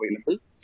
available